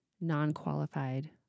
non-qualified